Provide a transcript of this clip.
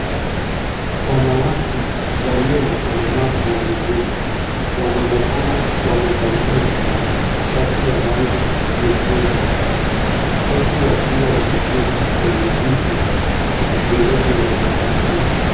Wanawake walio na ulemavu miguu wanaonekana wamevalia shati ya rangi nyekundu, huku wakiwa wameketi kwenye viti, vilivyo na magurudumu.